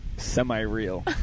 semi-real